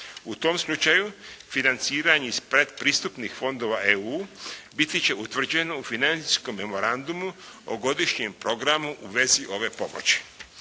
U tom slučaju financiranje iz pretpristupnih fondova EU biti će utvrđeno u financijskom memorandumu o godišnjem programu u vezi ove pomoći.